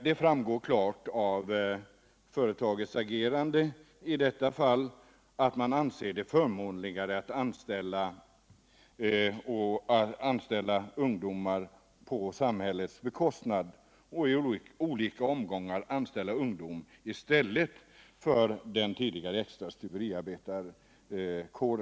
Det framgår klart av företagets agerande i detta fall att man anser det förmånligare att på samhällets bekostnad i olika omgångar anställa ungdomar i stället för de tidigare extra stuveriarbetarna.